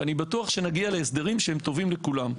ואני בטוח שנגיע להסדרים שהם טובים לכולם.